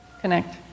connect